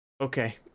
Okay